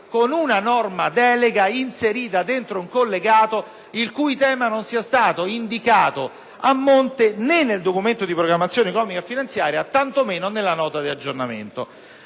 con una norma delega inserita dentro un collegato il cui tema non sia stato indicato a monte ne´ nel Documento di programmazione economico-finanziaria, tantomeno nella Nota di aggiornamento.